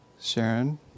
Sharon